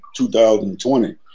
2020